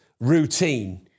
routine